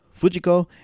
Fujiko